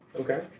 okay